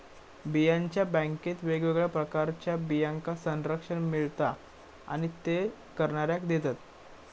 बियांच्या बॅन्केत वेगवेगळ्या प्रकारच्या बियांका संरक्षण मिळता आणि ते करणाऱ्याक देतत